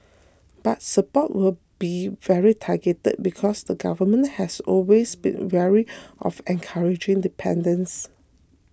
but support will be very targeted because the government has always been wary of encouraging dependence